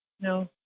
No